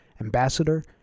ambassador